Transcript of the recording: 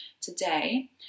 today